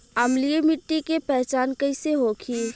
अम्लीय मिट्टी के पहचान कइसे होखे?